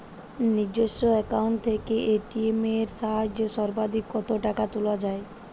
নিজস্ব অ্যাকাউন্ট থেকে এ.টি.এম এর সাহায্যে সর্বাধিক কতো টাকা তোলা যায়?